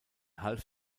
half